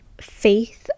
faith